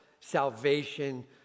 salvation